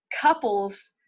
couples